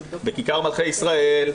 בכיכר מלכי ישראל,